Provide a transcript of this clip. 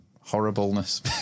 horribleness